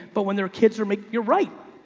but when their kids are making, you're right,